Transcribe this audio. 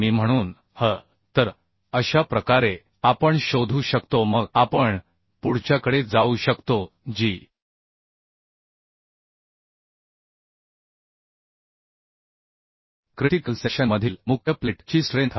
म्हणून H तर अशा प्रकारे आपण शोधू शकतो मग आपण पुढच्याकडे जाऊ शकतो जी क्रिटीकल सेक्शन मधील मुख्य प्लेट ची स्ट्रेंथ आहे